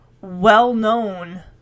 well-known